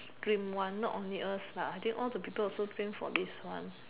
dream one not only us lah I think all the people also dream for this one